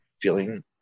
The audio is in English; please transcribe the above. feeling